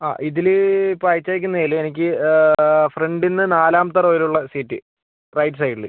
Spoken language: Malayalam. ആ ഇതിൽ ഇപ്പോൾ അയച്ചേക്കുന്നതിൽ എനിക്ക് ഫ്രണ്ടിൽ നിന്ന് നാലാമത്തെ റോയിൽ ഉള്ള സീറ്റ് റൈറ്റ് സൈഡിൽ